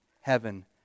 heaven